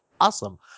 awesome